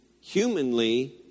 humanly